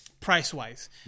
price-wise